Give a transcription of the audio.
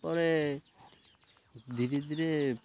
ପରେ ଧୀରେ ଧୀରେ